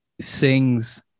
sings